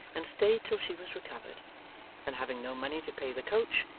and stayed till she was recovered and, having no money to pay the coach,